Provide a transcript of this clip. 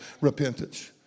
repentance